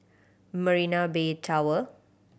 Marina Bay Tower